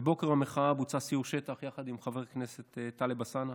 בבוקר המחאה בוצע סיור שטח יחד עם חבר הכנסת טלב א-סאנע,